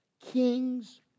Kings